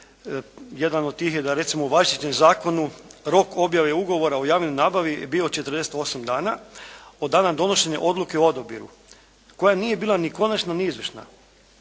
Jedan od tih je da recimo u važećem zakonu rok objave ugovora o javnoj nabavi je bio 48 dana od dana donošenja odluke o odabiru koja nije bila ni konačna ni izvršna